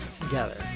together